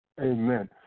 Amen